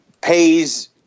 pays